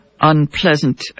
unpleasant